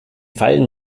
fallen